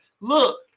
look